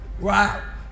Wow